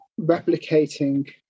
replicating